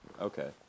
Okay